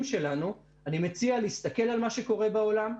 שלנו אני מציע להסתכל על מה שקורה בעולם,